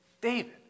David